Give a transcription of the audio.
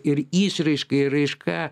ir išraiška ir raiška